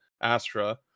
Astra